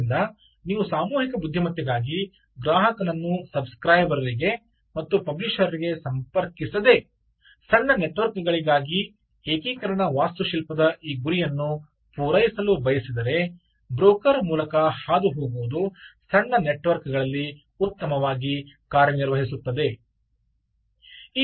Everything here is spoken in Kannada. ಆದ್ದರಿಂದ ನೀವು ಸಾಮೂಹಿಕ ಬುದ್ಧಿಮತ್ತೆಗಾಗಿ ಗ್ರಾಹಕನನ್ನು ಸಬ್ ಸ್ಕ್ರೈಬರ್ ರಿಗೆ ಮತ್ತು ಪಬ್ಲಿಷರ್ ರಿಗೆ ಸಂಪರ್ಕಿಸದೆ ಸಣ್ಣ ನೆಟ್ವರ್ಕ್ಗಳಿಗಾಗಿ ಏಕೀಕರಣ ವಾಸ್ತುಶಿಲ್ಪದ ಈ ಗುರಿಯನ್ನು ಪೂರೈಸಲು ಬಯಸಿದರೆ ಬ್ರೋಕರ್ ಮೂಲಕ ಹಾದುಹೋಗುವುದು ಸಣ್ಣ ನೆಟ್ವರ್ಕ್ ಗಳಲ್ಲಿ ಉತ್ತಮವಾಗಿ ಕಾರ್ಯನಿರ್ವಹಿಸುತ್ತದೆ